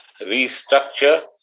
restructure